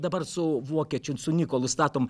dabar su vokiečiu su nikolu statom